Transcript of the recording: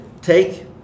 take